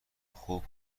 خوب